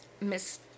Miss